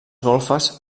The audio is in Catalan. golfes